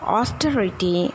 Austerity